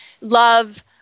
love